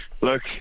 Look